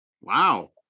Wow